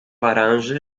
laranja